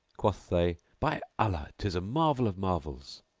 quoth they, by allah, tis a marvel of marvels.